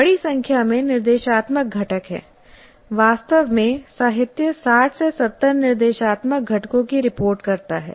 बड़ी संख्या में निर्देशात्मक घटक हैं वास्तव में साहित्य 60 से 70 निर्देशात्मक घटकों की रिपोर्ट करता है